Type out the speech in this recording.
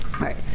Right